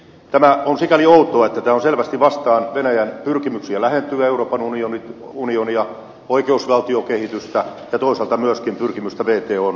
tämä on sikäli outoa että tämä on selvästi vastaan venäjän pyrkimyksiä lähentyä euroopan unionia oikeusvaltiokehitystä ja toisaalta myöskin pyrkimystä wton jäsenyyteen